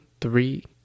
three